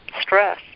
stress